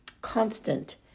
constant